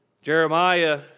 Jeremiah